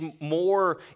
more